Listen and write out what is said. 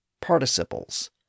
participles